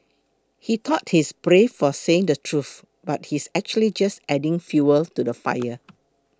he thought he's brave for saying the truth but he's actually just adding fuel to the fire